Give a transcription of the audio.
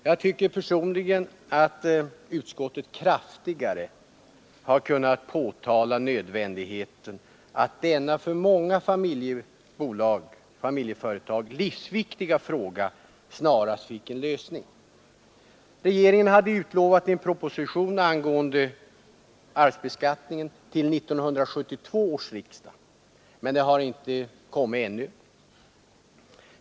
Jag tycker personligen att utskottet kraftigare hade kunnat påtala nödvändigheten att denna för många familjeföretag livsviktiga fråga snarast får en lösning. Regeringen hade utlovat en proposition angående arvsbeskattning till 1972 års riksdag, men den har ännu inte lagts fram.